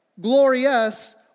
glorious